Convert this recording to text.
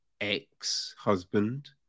ex-husband